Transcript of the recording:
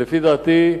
לדעתי,